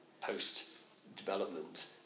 post-development